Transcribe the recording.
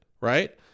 Right